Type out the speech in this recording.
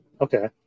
Okay